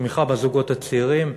תמיכה בזוגות הצעירים.